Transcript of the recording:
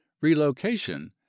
relocation